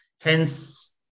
Hence